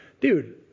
dude